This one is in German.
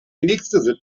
nächste